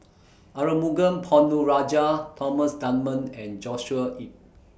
Arumugam Ponnu Rajah Thomas Dunman and Joshua Ip